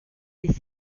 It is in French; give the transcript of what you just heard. des